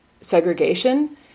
segregation